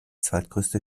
zweitgrößte